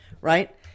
right